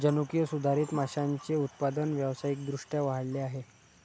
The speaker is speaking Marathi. जनुकीय सुधारित माशांचे उत्पादन व्यावसायिक दृष्ट्या वाढले आहे